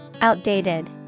Outdated